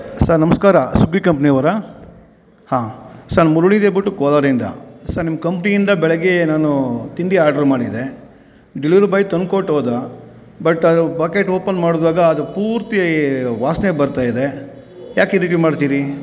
sir ನಮಸ್ಕಾರ Swiggy ಕಂಪ್ನಿಯವರ ಹಾಂ ಸರ್ ಮುರುಳಿ ಹೇಳಿಬಿಟ್ಟು ಕೋಲಾರಿಂದ ಸರ್ ನಿಮ್ಮ ಕಂಪ್ನಿಯಿಂದ ಬೆಳಗ್ಗೆ ನಾನು ತಿಂಡಿ ಆರ್ಡರ್ ಮಾಡಿದ್ದೆ ಡೆಲಿವರಿ ಬಾಯ್ ತಂದು ಕೊಟ್ಟು ಹೋದ ಬಟ್ ಅದು ಬಕೆಟ್ ಓಪನ್ ಮಾಡಿದಾಗ ಅದು ಪೂರ್ತಿ ವಾಸನೆ ಬರ್ತಾಯಿದೆ ಯಾಕೆ ಈ ರೀತಿ ಮಾಡ್ತೀರಿ